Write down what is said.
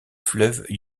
fleuve